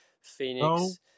Phoenix